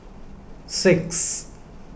six